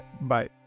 Bye